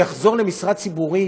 יחזור למשרה ציבורית